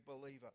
believer